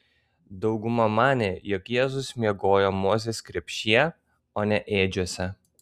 dauguma manė jog jėzus miegojo mozės krepšyje o ne ėdžiose